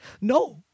No